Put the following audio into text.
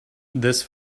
this